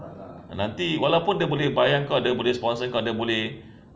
nanti walau dia boleh bayar kau dia boleh sponsor kau dia boleh